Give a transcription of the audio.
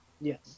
Yes